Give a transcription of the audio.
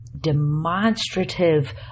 demonstrative